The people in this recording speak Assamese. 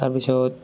তাৰপিছত